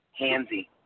handsy